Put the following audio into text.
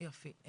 יופי.